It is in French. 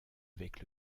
avec